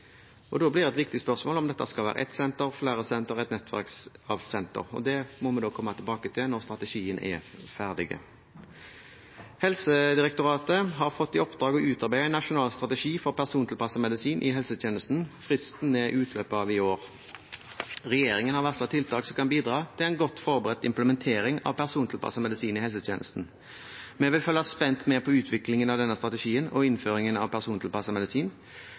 og da blir et viktig spørsmål om dette skal være ett senter, flere sentre eller et nettverk av sentre. Det må vi komme tilbake til når strategien er ferdig. Helsedirektoratet har fått i oppdrag å utarbeide en nasjonal strategi for persontilpasset medisin i helsetjenesten. Fristen er innen utløpet av året. Regjeringen har varslet tiltak som kan bidra til en godt forberedt implementering av persontilpasset medisin i helsetjenesten. Vi vil følge spent med på utviklingen av denne strategien og innføringen av persontilpasset medisin.